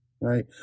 Right